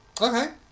Okay